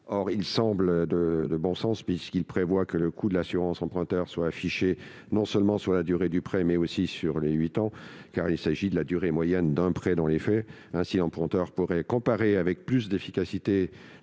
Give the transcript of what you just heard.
Or il semble de bon sens, puisqu'il prévoit que le coût de l'assurance emprunteur soit affiché, non seulement sur la durée du prêt, mais aussi sur huit ans, c'est-à-dire la durée moyenne d'un prêt dans les faits. Ainsi, l'emprunteur pourrait comparer avec plus d'efficacité